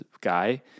guy